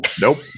Nope